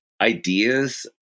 ideas